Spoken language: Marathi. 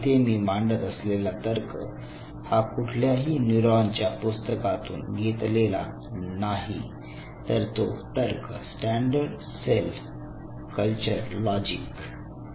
येथे मी मांडत असलेला तर्क हा कुठल्याही न्यूरॉन च्या पुस्तकातून घेतलेला नाही तर तो तर्क स्टॅंडर्ड सेल कल्चर लॉजिक आहे